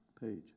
page